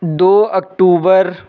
दो अक्टूबर